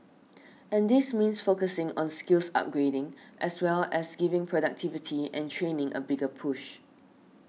and this means focusing on skills upgrading as well as giving productivity and training a bigger push